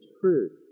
truth